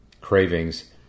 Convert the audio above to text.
cravings